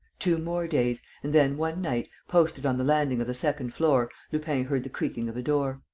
two more days and then, one night, posted on the landing of the second floor, lupin heard the creaking of a door,